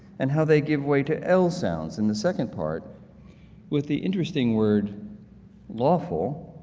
and how they give way to l sounds in the second part with the interesting word lawful,